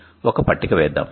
కాబట్టి ఒక పట్టిక వేద్దాం